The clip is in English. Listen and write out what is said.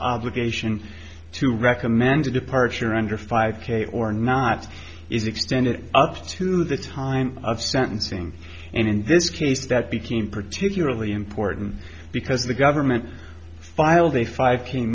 obligation to recommend a departure under five k or not is extended up to the time of sentencing and in this case that became particularly important because the government filed a five